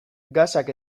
gasak